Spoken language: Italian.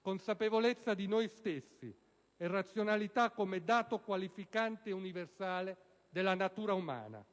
Consapevolezza di noi stessi e razionalità come dato qualificante e universale della natura umana.